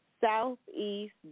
Southeast